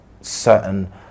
certain